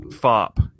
fop